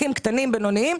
עסקים קטנים ובינוניים,